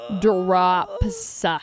drops